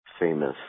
famous